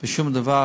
בשום דבר.